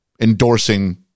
endorsing